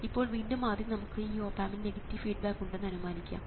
ഇപ്പോൾ വീണ്ടും ആദ്യം നമുക്ക് ഈ ഓപ് ആമ്പിന് നെഗറ്റീവ് ഫീഡ്ബാക്ക് ഉണ്ടെന്ന് അനുമാനിക്കാം